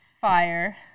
fire